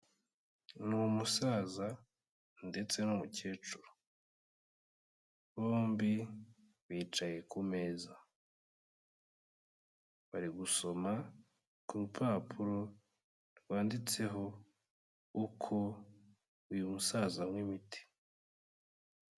Ni umusaza ndetse n'umukecuru, bombi bicaye ku meza, bari gusoma ku rupapuro rwanditseho uko uyu musaza anywa imiti.